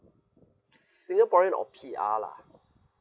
singaporean or P_R lah